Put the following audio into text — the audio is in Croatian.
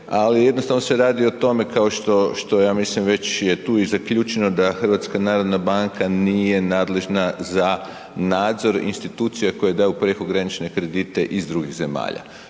ali jednostavno se radi o tome kao što ja mislim već je tu i zaključeno da HNB nije nadležna za nadzor institucija koje daju prekogranične kredite iz drugih zemalja.